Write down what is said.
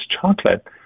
chocolate